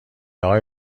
آقای